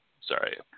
Sorry